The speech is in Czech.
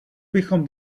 bychom